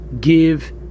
give